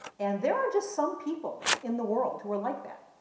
and there are just some people in the world who are like that.